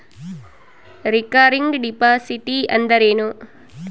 Recurring deposit ಅಂದರೇನು?